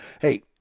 Hey